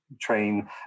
train